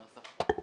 הנוסח סוכם עמנו.